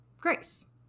grace